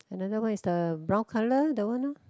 another one is the brown colour the one lor